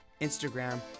Instagram